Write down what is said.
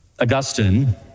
Augustine